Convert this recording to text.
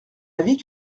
avis